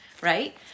right